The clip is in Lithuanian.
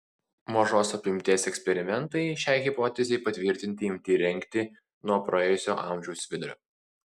mažos apimties eksperimentai šiai hipotezei patvirtinti imti rengti nuo praėjusio amžiaus vidurio